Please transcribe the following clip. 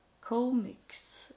comics